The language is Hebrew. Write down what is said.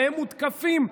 והם מותקפים,